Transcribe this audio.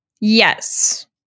Yes